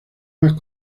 más